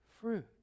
fruit